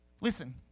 Listen